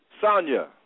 Sonya